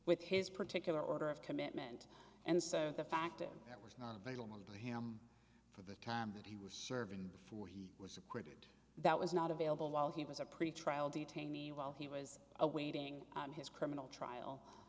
with his particular order of commitment and so the fact that was not available to him for the time that he was serving before he was acquitted that was not available while he was a pretty trial detainee while he was awaiting his criminal trial